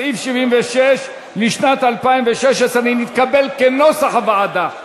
סעיף 76 לשנת 2016 נתקבל, כנוסח הוועדה.